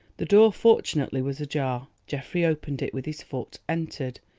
the door fortunately was ajar. geoffrey opened it with his foot, entered,